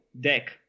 deck